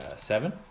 seven